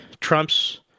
Trump's